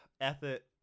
ethic